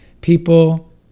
people